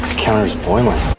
counter's boiling.